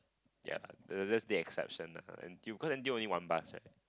ya lah that's the exception lah N_T_U cause N_T_U only one bus right